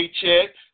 paycheck